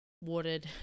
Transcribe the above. watered